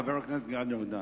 חבר הכנסת גלעד ארדן.